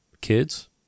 kids